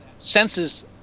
senses